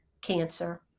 cancer